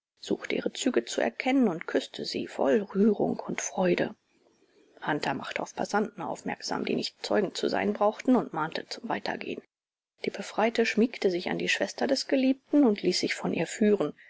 suchte ihre züge zu erkennen und küßte sie voll rührung und freude hunter machte auf passanten aufmerksam die nicht zeugen zu sein brauchten und mahnte zum weitergehen die befreite schmiegte sich an die schwester des geliebten und ließ sich von ihr führen